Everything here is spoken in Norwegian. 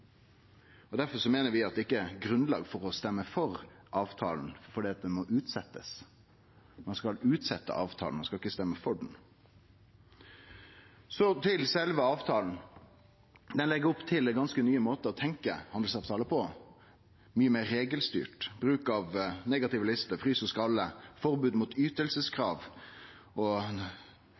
ikkje er grunnlag for å stemme for avtalen, og at dette må utsetjast. Ein bør utsetje avtalen og ikkje stemme for han. Så til sjølve avtalen: Han legg opp til ganske nye måtar å tenkje handelsavtalar på, mykje meir regelstyrt, med bruk av negativ listing, frys og skralle, forbod mot ytingskrav, nasjonal behandling og